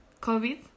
covid